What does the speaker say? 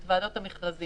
את ועדות המכרזים.